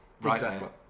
right